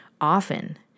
often